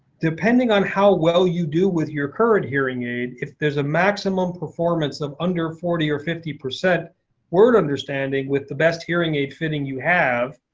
depending on how well you do with your current hearing aid, if there's a maximum performance of under forty or fifty percent word understanding with the best hearing aid fitting you have,